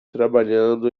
trabalhando